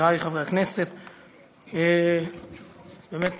חברי חברי הכנסת, באמת